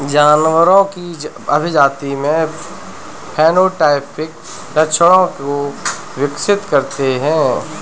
जानवरों की अभिजाती में फेनोटाइपिक लक्षणों को विकसित करते हैं